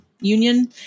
union